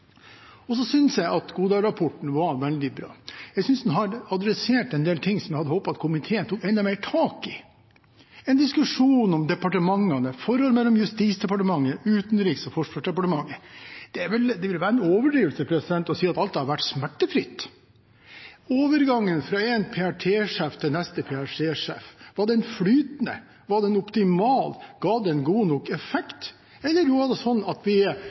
at Godal-rapporten var veldig bra, den har adressert en del ting som jeg hadde håpet at komiteen tok enda mer tak i – en diskusjon om departementene, om forhenværende Justisdepartementet, om Utenriksdepartementet og om Forsvarsdepartementet. Det ville være en overdrivelse å si at alt har vært smertefritt. Overgangen fra én PRT-sjef til neste PRT-sjef – var den flytende? Var den optimal? Ga den god nok effekt? Eller var det slik at vi